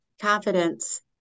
Confidence